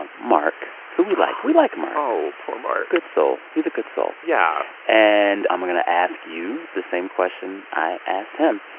um mark, who we like. we like mark oh, poor mark good soul he's a good soul yeah and i'm going to ask you the same question i asked him.